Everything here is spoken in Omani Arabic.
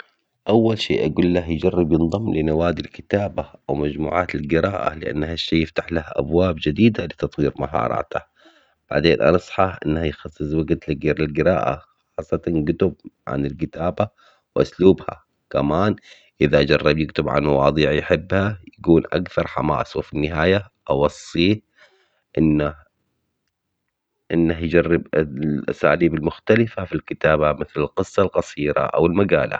اول شي اقول له يجرب ينضم لنوادي الكتابة او مجموعات القراءة لانها الشي يفتح له ابواب جديدة لتطوير مهاراته. بعدين انصحه انه يخفز وقت الجير للقراءة. خاصة الكتب عن الكتابة واسلوبها. كمان اذا جرب يكتب عن مواضيع يحبها يقول اكثر وفي النهاية اوصيه انه انه يجرب الاساليب المختلفة في الكتابة مثل القصة القصيرة او المقالة